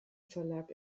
verlag